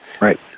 Right